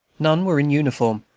none were in uniform,